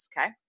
okay